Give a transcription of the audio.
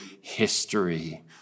history